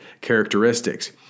characteristics